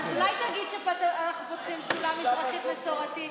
אז אולי תגיד שאנחנו פותחים שדולה מזרחית מסורתית.